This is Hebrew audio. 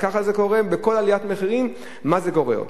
וככה זה קורה בכל עליית מחירים, מה זה גורר.